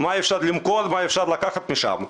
מה אפשר למכור ומה אפשר לקחת משם.